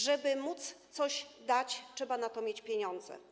Żeby móc coś dać, trzeba na to mieć pieniądze.